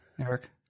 Eric